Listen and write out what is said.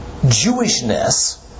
Jewishness